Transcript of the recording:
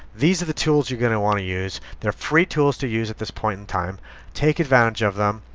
these are the tools you're going to want to use they are free tools to use at this point in time take advantage of them.